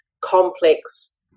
complex